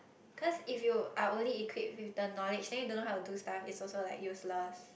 cause if you are only equipped with the knowledge then you don't know how to do suff is also like useless